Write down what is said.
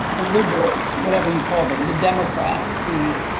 the liberals, whatever you call them, the democrats, the